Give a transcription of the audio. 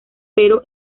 pero